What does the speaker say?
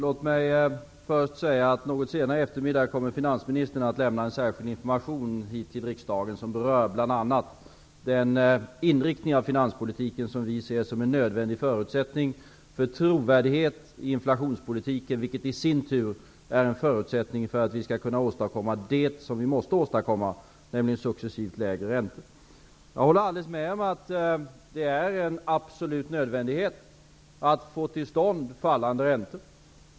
Fru talman! Något senare i eftermiddag kommer finansministern att lämna en särskild information till riksdagen, som berör bl.a. den inriktning av finanspolitiken som vi ser som en nödvändig förutsättning för en trovärdig inflationspolitik, vilket i sin tur är en förutsättnng för att vi skall kunna åstadkomma det som vi måste åstadkomma, nämligen successivt lägre räntor. Jag håller helt med om att det är en absolut nödvändighet att få till stånd fallande räntor.